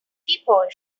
people